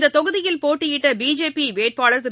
இந்த தொகுதியில் போட்டியிட்ட பிஜேபி வேட்பாளர் திரு